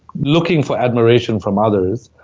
looking for admiration from others,